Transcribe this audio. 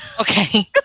okay